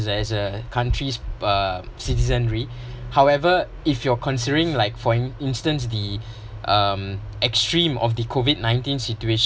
there is a country's uh citizenry however if you're considering like for instance the um extreme of the COVID nineteen situation